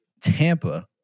Tampa